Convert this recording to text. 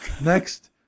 Next